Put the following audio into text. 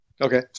Okay